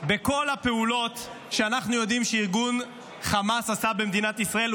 בכל הפעולות שאנחנו יודעים שארגון חמאס עשה במדינת ישראל,